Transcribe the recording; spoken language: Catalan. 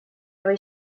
haver